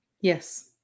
Yes